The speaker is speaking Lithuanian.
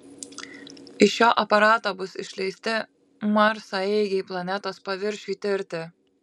iš šio aparato bus išleisti marsaeigiai planetos paviršiui tirti